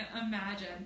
imagine